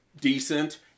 decent